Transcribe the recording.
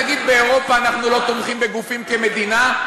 תגיד, באירופה אנחנו לא תומכים בגופים כמדינה?